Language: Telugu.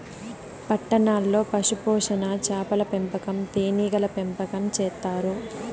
పట్టణాల్లో పశుపోషణ, చాపల పెంపకం, తేనీగల పెంపకం చేత్తారు